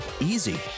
easy